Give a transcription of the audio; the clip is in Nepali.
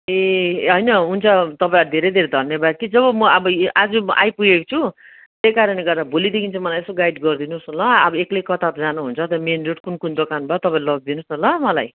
ए होइन हुन्छ तपाईँलाई धेरै धेरै धन्यवाद कि जब म अब आज आइपुगेको छु त्यही कारणले गर्दा भोलिदेखि चाहिँ मलाई यसो गाइड गरिदिनुहोस् न ल अब एक्लै कता जानु हुन्छ नि त्यो मेन जो कुन कुन दोकान हुन्छ तपाईँले लगिदिनुहोस् न ल मलाई